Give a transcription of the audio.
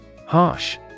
Harsh